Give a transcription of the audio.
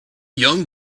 young